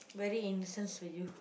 very innocence with you